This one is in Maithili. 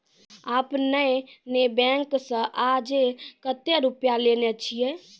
आपने ने बैंक से आजे कतो रुपिया लेने छियि?